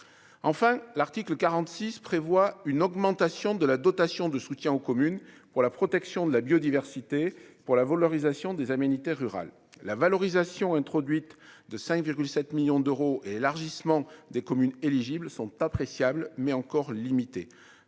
enfin, l'article 46 prévoit une augmentation de la dotation de soutien aux communes pour la protection de la biodiversité pour la valorisation des aménité rural la valorisation introduite de 5,7 millions d'euros, élargissement des communes éligibles sont appréciables mais encore limitée